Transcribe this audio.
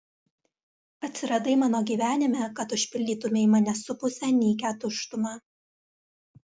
atsiradai mano gyvenime kad užpildytumei mane supusią nykią tuštumą